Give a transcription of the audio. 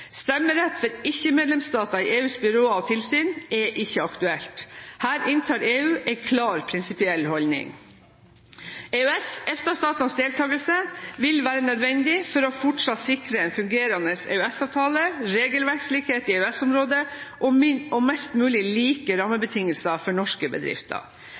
Stemmerett for ikke-medlemsstater i EUs byråer og tilsyn er ikke aktuelt. Her inntar EU en klar prinsipiell holdning. EØS/EFTA-statenes deltakelse vil være nødvendig for fortsatt å sikre en fungerende EØS-avtale, regelverkslikhet i EØS-området og mest mulig like rammebetingelser for norske bedrifter.